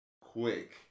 quick